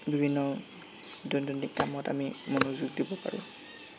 বিভিন্ন দৈনন্দিন কামত আমি মনোযোগ দিব পাৰোঁ